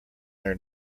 their